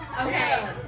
Okay